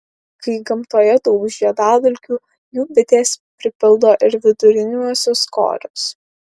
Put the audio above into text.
kai gamtoje daug žiedadulkių jų bitės pripildo ir viduriniuosius korus